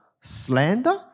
slander